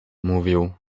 mówił